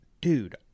dude